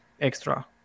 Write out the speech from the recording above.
extra